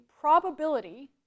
probability